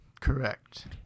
Correct